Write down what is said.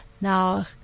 Now